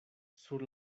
sur